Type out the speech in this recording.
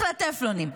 לטפלונים,